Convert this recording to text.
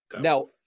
Now